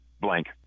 blank